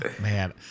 Man